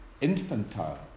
infantile